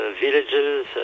villages